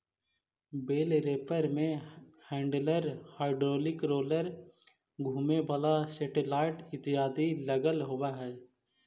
बेल wrapper में handler, hydraulic roller, घुमें वाला सेटेलाइट इत्यादि लगल होवऽ हई